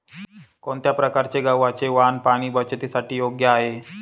कोणत्या प्रकारचे गव्हाचे वाण पाणी बचतीसाठी योग्य आहे?